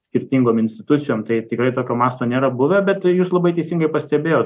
skirtingom institucijom tai tikrai tokio masto nėra buvę bet jūs labai teisingai pastebėjot